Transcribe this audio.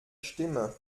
stimme